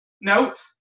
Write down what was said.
note